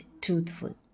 truthful